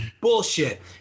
bullshit